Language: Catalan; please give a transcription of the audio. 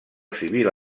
civil